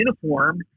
uniform